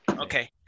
okay